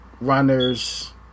Runners